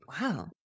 Wow